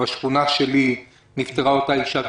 בשכונה שלי נפטרה אותה אישה,